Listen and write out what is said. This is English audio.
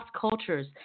cultures